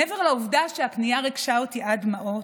מעבר לעובדה שהפנייה ריגשה אותי עד דמעות,